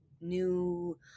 new